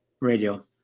radio